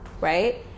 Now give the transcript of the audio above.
right